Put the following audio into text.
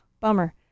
bummer